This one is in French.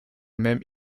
même